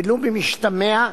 ולו במשתמע,